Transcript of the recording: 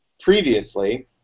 previously